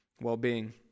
well-being